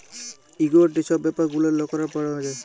equity ছব ব্যাপার গুলা লকরা লাভে পায়